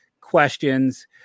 questions